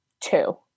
two